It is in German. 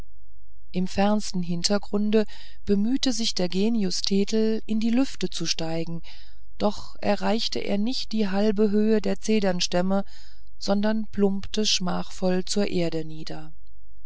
im fernsten hintergrunde bemühete sich der genius thetel in die lüfte zu steigen doch erreichte er nicht die halbe höhe der zedernstämme sondern plumpte schmachvoll zur erde nieder